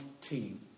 team